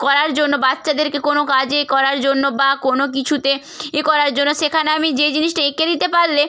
করার জন্য বাচ্চাদেরকে কোনো কাজ করার জন্য বা কোনো কিছুতে এ করার জন্য সেখানে আমি যে জিনিসটা এঁকে দিতে পারলে